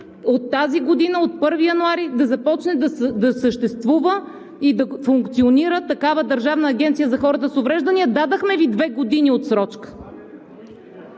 от тази година – от 1 януари, да започне да съществува и да функционира такава държавна агенция за хората с увреждания. Дадохме Ви две години отсрочка.